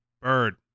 Bird